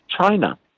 China